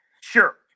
Sure